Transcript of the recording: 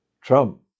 Trump